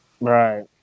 Right